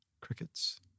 Crickets